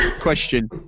question